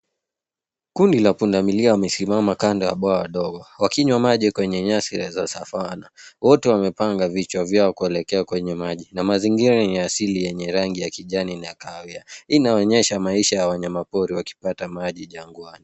Kundi la punda milia wamesimama kando ya bwawa ndogo wakinywa maji kwenye nyasi za Savanna. Wote wamepanga vichwa vyao kuelekea kwenye maji na mazingira ni ya asili yenye rangi ya kijani na kahawia. Hii inaonyesha maisha ya wanyamapori wakipata maji jangwani.